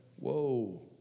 Whoa